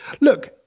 Look